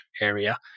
area